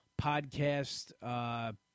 podcast